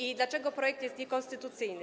I dlaczego projekt jest niekonstytucyjny?